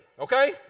okay